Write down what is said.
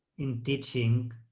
in teaching,